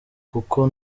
kuko